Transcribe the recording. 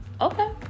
okay